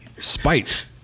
Spite